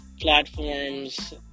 platforms